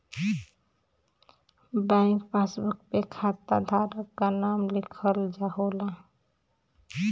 bank passbook पे खाता धारक क नाम लिखल होला